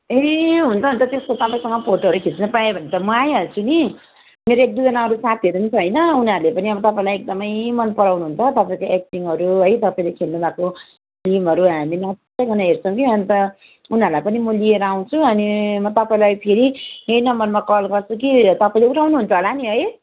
ए हुन्छ हुन्छ त्यस्तो तपाईँसँग फोटोहरू खिच्न पाएँ भने त म आइहाल्छु नि मेरो एक दुईजाना अरू साथीहरू नि छ होइन उनीहरूले पनि अनि तपाईँलाई एकदमै मन पराउनु हुन्छ तपाईँको एक्टिङहरू है तपाईँले खेल्नु भएको फिल्महरू हामी नछुटाइकन हेर्छौँ कि अन्त उनीहरूलाई पनि म लिएर आउँछु अनि म तपाईँलाई फेरि यही नम्बरमा कल गर्छु कि तपाईँले उठाउनु हुन्छ होला नि है